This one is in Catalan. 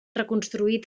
reconstruït